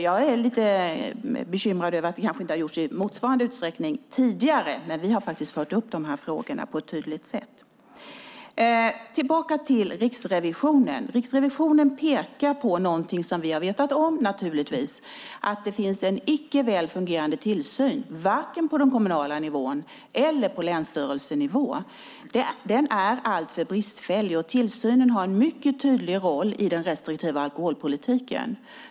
Jag är lite bekymrad över att det kanske inte har gjorts i motsvarande utsträckning tidigare. Men vi har fört upp dessa frågor på ett tydligt sätt. Jag går tillbaka till Riksrevisionen. Riksrevisionen pekar på någonting som vi har vetat om, nämligen att det finns en icke väl fungerande tillsyn. Det gäller både på den kommunala nivån och på länsstyrelsenivå. Den är alltför bristfällig. Tillsynen har en mycket tydlig roll i den restriktiva alkoholpolitiken.